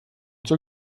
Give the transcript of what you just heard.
zur